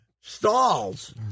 stalls